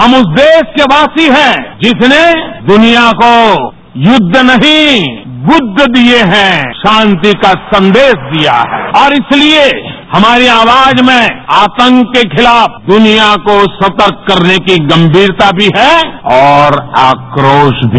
हम उस देश के वासी हैं जिसने दुनिया को युद्ध नहीं बुद्ध दिए हैं शांति का संदेश दिया है और इसलिए हमारी आवाज में आतंक के खिलाफ दुनिया को सतर्क करने की गंभीरता भी है और आक्रोश भी